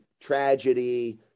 tragedy